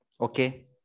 okay